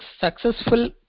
successful